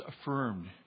affirmed